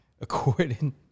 According